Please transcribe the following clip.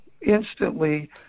instantly